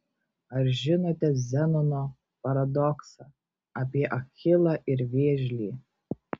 ar žinote zenono paradoksą apie achilą ir vėžlį